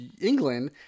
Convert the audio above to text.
England